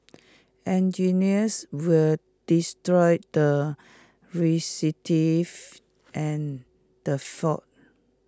engineers were destroyed and the fault